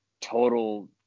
total